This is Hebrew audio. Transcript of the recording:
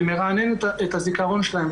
ומרענן את הזיכרון שלהם,